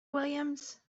williams